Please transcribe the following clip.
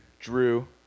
Drew